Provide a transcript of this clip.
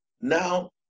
Now